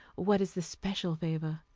what is the special favor?